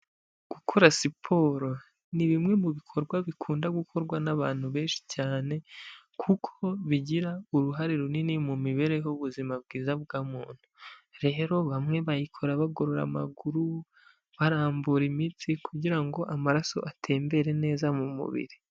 Gukora siporo ni bimwe mu bikorwa bikunda gukorwa n'abantu benshi cyane kuko bigira uruhare runini mu mibereho y'ubuzima bwiza bwa muntu. Rero bamwe bayikora bagorora amaguru, barambura imitsi kugira ngo amaraso atembere neza mu mubiri.